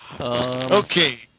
Okay